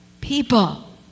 People